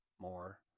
more